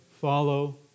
Follow